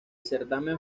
certamen